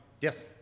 Yes